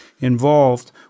involved